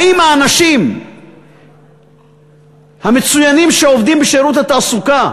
האם האנשים המצוינים שעובדים בשירות התעסוקה